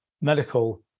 medical